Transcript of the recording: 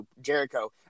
Jericho